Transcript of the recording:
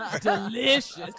Delicious